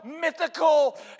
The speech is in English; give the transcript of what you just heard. mythical